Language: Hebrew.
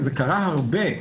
זה קרה הרבה.